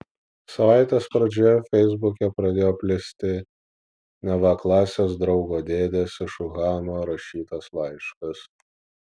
savaitės pradžioje feisbuke pradėjo plisti neva klasės draugo dėdės iš uhano rašytas laiškas